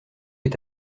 est